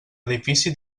edifici